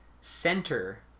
center